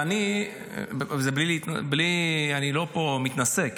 אני לא פה מתנשא,